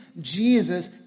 Jesus